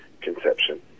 conception